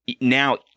now